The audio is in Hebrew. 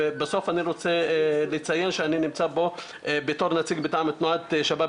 בסוף אני רוצה לציין שאני נמצא פה בתור נציג מטעם תנועת ---.